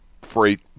freight